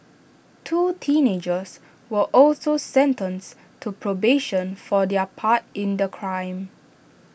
two teenagers were also sentenced to probation for their part in the crime